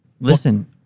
listen